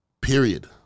period